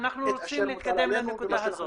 אנחנו רוצים להתקדם לנקודה הזאת.